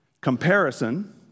comparison